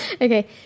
Okay